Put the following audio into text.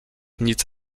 nic